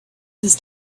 his